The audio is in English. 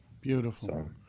Beautiful